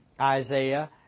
Isaiah